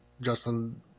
Justin